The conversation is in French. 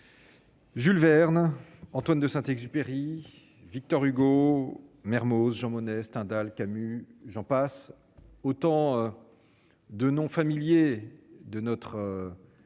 Jules Verne, Antoine de Saint-Exupéry, Victor Hugo, Mermoz, Jean Monnet Stendhal, Camus, j'en passe, autant de noms familiers de notre